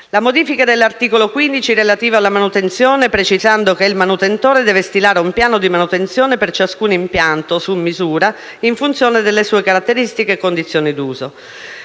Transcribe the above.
la modifica dell'articolo 15 relativo alla manutenzione, precisando che il manutentore deve stilare un piano di manutenzione per ciascun impianto, su misura, in funzione delle sue caratteristiche e condizioni d'uso;